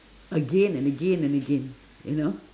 again and again and again you know